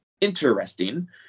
interesting